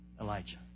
Elijah